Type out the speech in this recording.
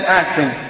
acting